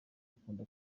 akunda